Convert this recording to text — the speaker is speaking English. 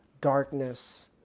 darkness